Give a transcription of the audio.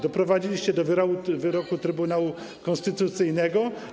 Doprowadziliście do wyroku Trybunału Konstytucyjnego.